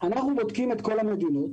אנחנו בודקים את כל המדינות